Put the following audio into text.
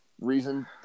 reason